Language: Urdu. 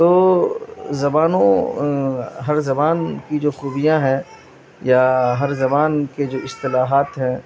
تو زبانوں ہر زبان کی جو خوبیاں ہیں یا ہر زبان کے جو اصطلاحات ہیں